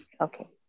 Okay